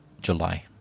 July